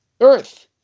earth